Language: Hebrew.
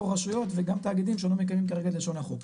רשויות וגם תאגידים שלא מקיימים כרגע את לשון החוק.